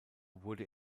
wurde